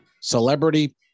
Celebrity